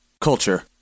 Culture